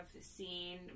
seen